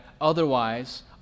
Otherwise